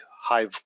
high